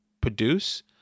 produce